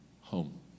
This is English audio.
home